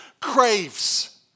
craves